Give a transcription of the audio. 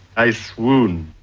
i swoon.